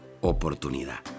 oportunidad